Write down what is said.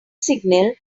signal